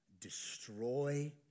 destroy